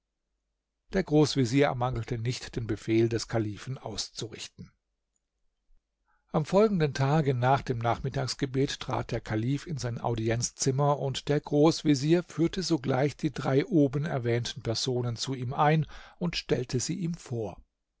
der großvezier ermangelte nicht den befehl des kalifen auszurichten am folgenden tage nach dem nachmittagsgebet trat der kalif in sein audienzzimmer und der großvezier führte sogleich die drei obenerwähnten personen zu ihm ein und stellte sie ihm vor